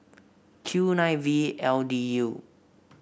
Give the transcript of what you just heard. Q nine V L D U